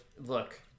look